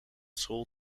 school